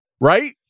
Right